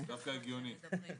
דווקא הגיוני.